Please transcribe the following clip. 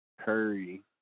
Curry